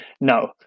No